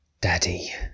Daddy